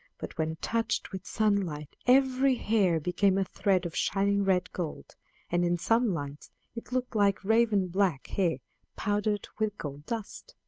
but when touched with sunlight every hair became a thread of shining red-gold and in some lights it looked like raven-black hair powdered with gold-dust.